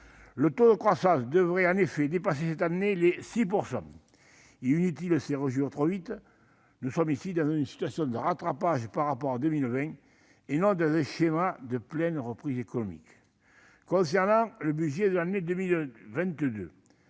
Le taux de croissance devrait en effet dépasser cette année les 6 %. Il est inutile de se réjouir trop vite : nous nous trouvons dans une situation de rattrapage par rapport à 2020, et non dans un schéma de pleine reprise économique. Concernant le budget de l'année 2022,